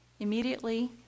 Immediately